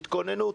תתכוננו.